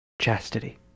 Chastity